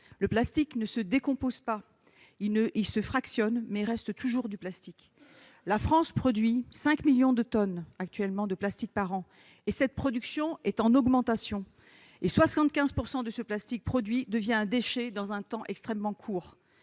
Le plastique ne se décompose pas ; il se fractionne, mais reste toujours du plastique. La France produit actuellement 5 millions de tonnes de plastique par an ; cette production est en augmentation. Or 75 % du plastique produit devient un déchet dans un délai extrêmement court.